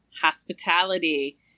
hospitality